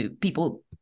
people